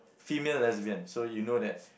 female lesbian so you know that